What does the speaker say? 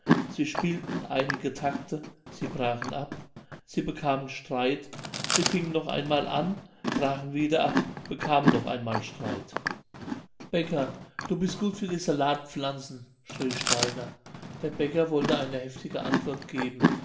sie spielten einige takte sie brachen ab sie bekamen streit sie fingen noch einmal an brachen wieder ab bekamen noch einmal streit bäcker du bist gut für die salatpflanzen schrie steiner der backer wollte eine heftige antwort geben